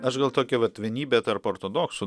aš gal tokią vat vienybę tarp ortodoksų